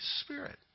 Spirit